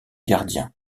gardien